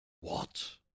What